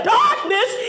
darkness